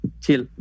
chill